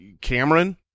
Cameron